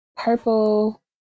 Purple